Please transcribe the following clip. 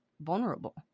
vulnerable